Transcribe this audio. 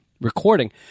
recording